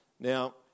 Now